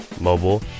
mobile